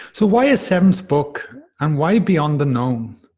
so why is seventh book and why beyond the known?